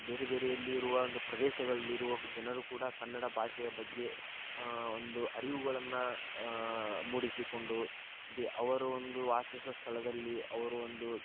ಬೇರೆ ಬೇರೆಯಲ್ಲಿ ಇರುವ ಒಂದು ಪ್ರದೇಶಗಳಲ್ಲಿ ಇರುವ ಜನರು ಕೂಡ ಕನ್ನಡ ಭಾಷೆಯ ಬಗ್ಗೆ ಒಂದು ಅರಿವುಗಳನ್ನು ಮೂಡಿಸಿಕೊಂಡು ಬೇ ಅವರು ಒಂದು ವಾಸಿಸುವ ಸ್ಥಳದಲ್ಲಿ ಅವರು ಒಂದು